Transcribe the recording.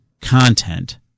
content